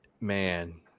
man